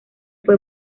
fue